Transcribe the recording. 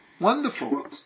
Wonderful